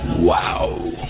Wow